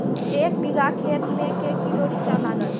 एक बीघा खेत मे के किलो रिचा लागत?